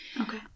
Okay